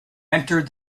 entered